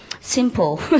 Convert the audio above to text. simple